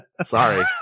Sorry